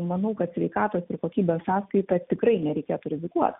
manau kad sveikatos ir kokybės sąskaita tikrai nereikėtų rizikuot